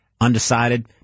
undecided